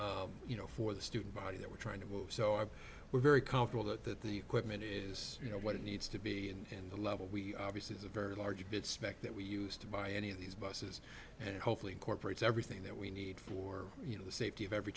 thing you know for the student body that we're trying to go so i we're very comfortable that the equipment is you know what it needs to be and the level we obviously is a very large bit spec that we used to buy any of these buses and hopefully incorporates everything that we need for you know the safety of every